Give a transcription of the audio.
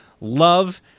Love